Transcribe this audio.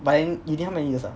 but uni uni how many years ah